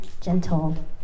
gentle